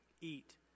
eat